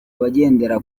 abagendera